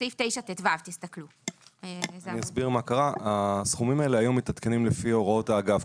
בסעיף 9טו. הסכומים האלה היום מתעדכנים לפי הוראות האגף,